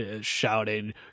shouting